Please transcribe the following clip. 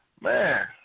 man